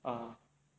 ah